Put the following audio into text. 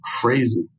Crazy